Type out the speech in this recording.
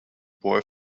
boy